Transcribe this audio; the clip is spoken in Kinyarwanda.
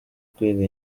kwiga